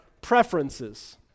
preferences